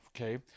Okay